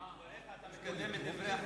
איך אתה מקדם את דברי הימים?